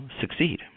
succeed